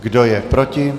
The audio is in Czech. Kdo je proti?